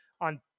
on